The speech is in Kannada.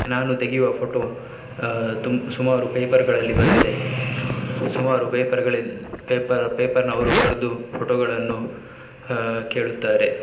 ನಾನು ತೆಗೆಯುವ ಫೋಟೋ ತುಮ್ ಸುಮಾರು ಪೇಪರ್ಗಳಲ್ಲಿ ಬಂದಿದೆ ಸುಮಾರು ಪೇಪರ್ಗಳು ಪೇಪರ್ ಪೇಪರ್ನವರು ಕರೆದು ಫೋಟೋಗಳನ್ನು ಕೇಳುತ್ತಾರೆ